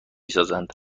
سازند